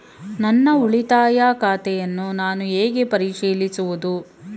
ನನ್ನ ಉಳಿತಾಯ ಖಾತೆಯನ್ನು ನಾನು ಹೇಗೆ ಪರಿಶೀಲಿಸುವುದು?